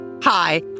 Hi